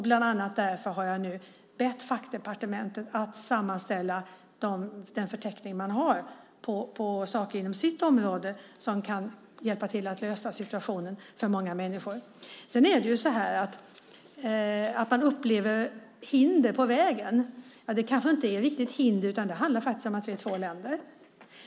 Bland annat därför har jag nu bett fackdepartementen att sammanställa en förteckning över saker på respektive område som kan hjälpa till att lösa situationen för många människor. När det sedan gäller detta att man upplever hinder på vägen kanske det inte riktigt är hinder, utan det handlar om att vi är två länder.